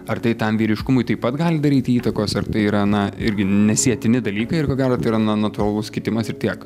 ar tai tam vyriškumui taip pat gali daryti įtakos ar tai yra na irgi nesietini dalykai ir ko gero tai yra na natūralus kitimas ir tiek